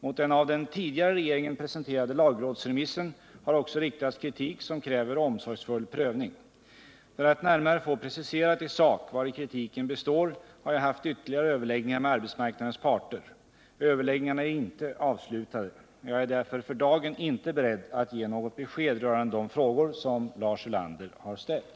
Mot den av den tidigare regeringen presenterade lagrådsremissen har också riktats kritik som kräver omsorgsfull prövning. För att närmare få preciserat i sak vari kritiken består har jag haft ytterligare överläggningar med arbetsmarknadens parter. Överläggningarna är inte avslutade. Jag är därför för dagen inte beredd att ge något besked rörande de frågor som Lars Ulander har ställt.